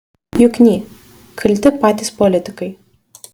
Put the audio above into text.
jukny kalti patys politikai